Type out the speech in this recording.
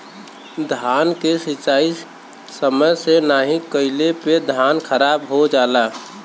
धान के सिंचाई समय से नाहीं कइले पे धान खराब हो जाला